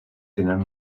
tenen